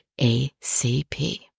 ACP